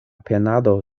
penado